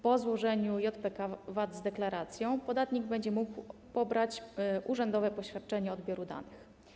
Po złożeniu JPK_VAT z deklaracją podatnik będzie mógł pobrać urzędowe poświadczenie odbioru danych.